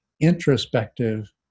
introspective